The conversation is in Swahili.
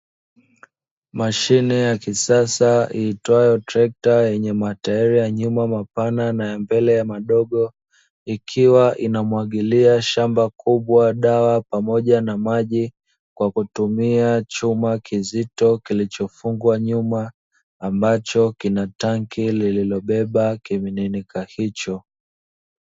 Mashine ya kisasa iitwayo trekta, yenye matairi ya nyuma mapana na ya mbele madogo; ikiwa inamwagilia shamba kubwa dawa pamoja na maji, kwa kutumia chuma kizito kilichofungwa nyuma, ambacho kina tanki lililobeba kimiminika hicho.